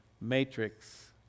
matrix